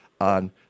on